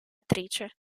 attrice